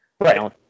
Right